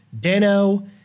Dano